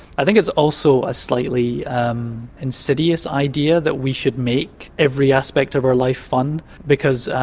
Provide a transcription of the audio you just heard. i think it's also a slightly insidious idea, that we should make every aspect of our life fun because.